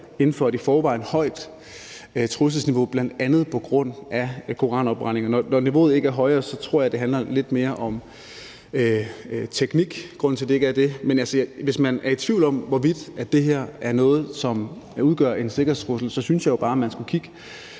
inden for et i forvejen højt trusselsniveau, og det er bl.a. på grund af koranafbrændingerne. Når niveauet ikke er højere, tror jeg det lidt mere handler om teknik, men hvis man er i tvivl om, hvorvidt det her er noget, som udgør en sikkerhedstrussel, synes jeg bare, man skal kigge